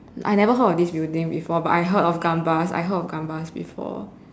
I never heard of this building before but I have heard of Gambas I have heard of Gambas before